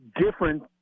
different